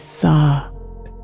soft